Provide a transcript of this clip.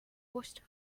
washed